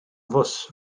fws